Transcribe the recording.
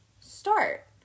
start